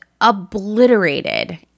obliterated